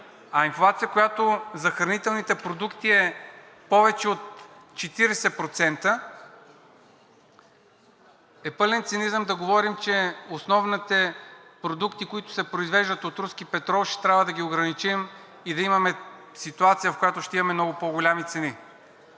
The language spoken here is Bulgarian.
а инфлация, която за хранителните продукти е повече от 40%, е пълен цинизъм да говорим, че основните продукти, които се произвеждат от руски петрол, ще трябва да ги ограничим и да имаме ситуация, в която ще имаме и много по-големи цени.